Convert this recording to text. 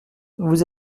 vous